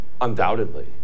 undoubtedly